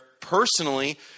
personally